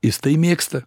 jis tai mėgsta